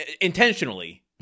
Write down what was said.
intentionally